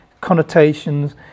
connotations